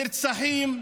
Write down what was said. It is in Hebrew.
אלה נרצחים,